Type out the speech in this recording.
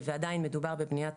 ועדיין מדובר בבניית